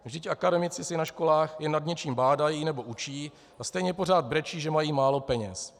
Vždyť akademici si na školách jen nad něčím bádají nebo učí a stejně pořád brečí, že mají málo peněz.